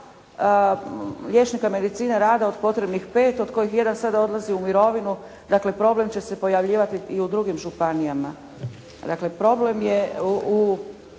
liječnika medicine rada od potrebnih 5, od kojih jedan sada odlazi u mirovinu. Dakle, problem će se pojavljivati i u drugim županijama. Dakle, problem je u